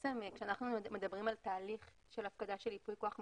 כשאנחנו מדברים על תהליך של הפקדה של ייפוי כוח מתמשך,